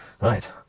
Right